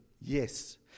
yes